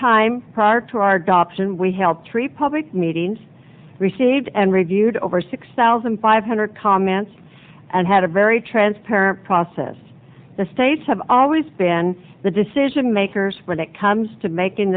time prior to our gaap sion we helped three public meetings received and reviewed over six thousand five hundred comments and had a very transparent process the states have always been the decision makers when it comes to making